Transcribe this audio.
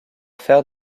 faire